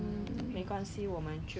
so 要找工也是难 lah